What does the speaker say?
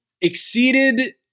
exceeded